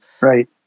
right